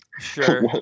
Sure